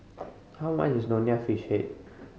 how much is Nonya Fish Head